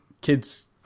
kids